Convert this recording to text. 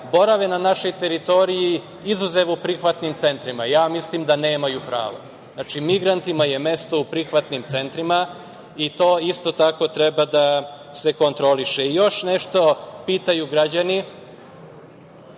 borave na našoj teritoriji, izuzev u prihvatnim centrima? Ja mislim da nemaju pravo. Znači, migrantima je mesto u prihvatnim centrima i to isto tako treba da se kontroliše. Još nešto pitaju građani